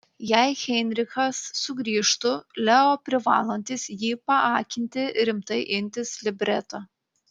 jei heinrichas sugrįžtų leo privalantis jį paakinti rimtai imtis libreto